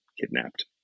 kidnapped